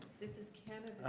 this is canada